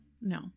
no